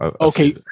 Okay